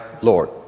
Lord